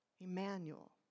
Emmanuel